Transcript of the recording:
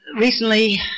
recently